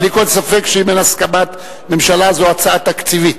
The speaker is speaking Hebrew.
בלי כל ספק, אם אין הסכמת ממשלה זו הצעה תקציבית.